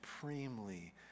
supremely